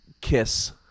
Kiss